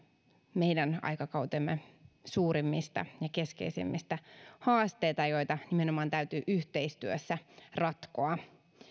meidän aikakautemme suurimmista ja keskeisimmistä haasteista joita nimenomaan täytyy yhteistyössä ratkoa